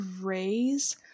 raise